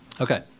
Okay